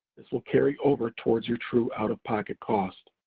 this will carry over towards your true out of pocket cost.